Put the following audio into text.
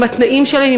עם התנאים שלהם,